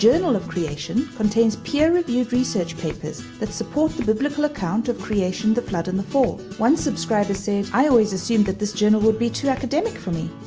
journal of creation contains peer-reviewed research papers that support the biblical account of creation, the flood and the fall. one subscriber said i always assumed that this journal would be too academic for me.